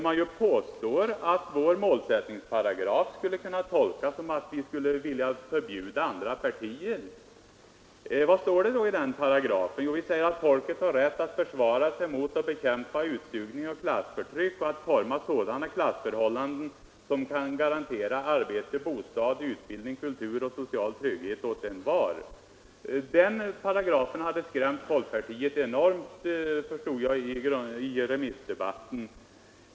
Man påstår ju att vår målsättningsparagraf skulle kunna tolkas som att vi skulle vilja förbjuda andra partier. Vad står det då i den paragrafen? Jo, vi säger: ”Folket har rätt att försvara sig mot och bekämpa utsugning och klassförtryck och att forma sådana samhällsförhållanden, som kan garantera arbete, bostad, utbildning, kultur och social trygghet åt envar.” Den paragrafen hade skrämt folkpartiet enormt, förstod jag i remissdebatten.